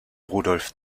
rudolf